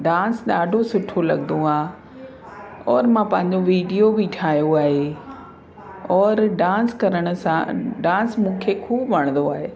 dance ॾाढो सुठो लॻंदो आहे और मां पंहिंजो वीडियो बि ठाहियो आहे और डांस करण सां डांस मूंखे ख़ूबु वणंदो आहे